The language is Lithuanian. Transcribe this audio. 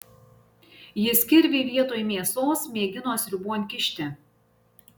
jis kirvį vietoj mėsos mėgino sriubon kišti